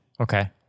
Okay